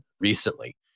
recently